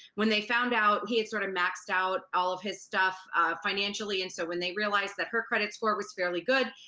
when they found out he had sort of maxed out all of his stuff financially. and so when they realized that her credit score was fairly good,